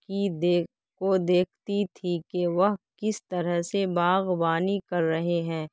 کی دیکھ کو دیکھتی تھی کہ وہ کس طرح سے باغبانی کر رہے ہیں